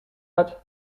hat